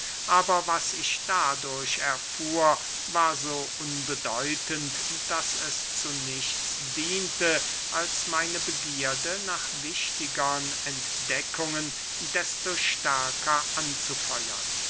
aber was ich dadurch erfuhr war so unbedeutend daß es zu nichts diente als meine begierde nach wichtigern entdeckungen desto stärker anzufeuern